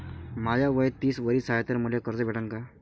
माय वय तीस वरीस हाय तर मले कर्ज भेटन का?